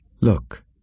Look